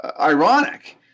ironic